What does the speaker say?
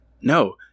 No